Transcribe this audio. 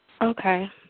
okay